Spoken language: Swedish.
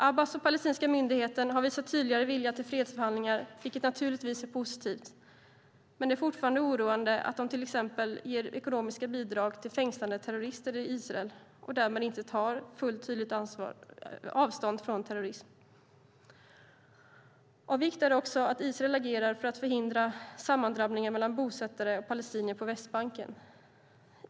Abbas och den palestinska myndigheten har visat tydligare vilja till fredförhandlingar, vilket naturligtvis är positivt. Men det är fortfarande oroande att de till exempel ger ekonomiska bidrag till fängslade terrorister i Israel och därmed inte tydligt tar avstånd från terrorism. Av vikt är också att Israel agerar för att förhindra sammandrabbningar mellan bosättare och palestinier på Västbanken.